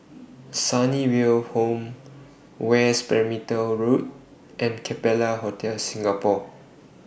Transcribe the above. Sunnyville Home West Perimeter Road and Capella Hotel Singapore